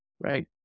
right